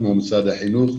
כמו משרד החינוך,